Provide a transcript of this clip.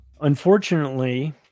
unfortunately